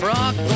Rock